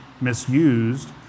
misused